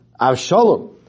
Avshalom